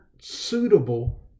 suitable